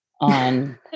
on